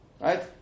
right